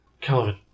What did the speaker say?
Calvin